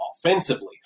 offensively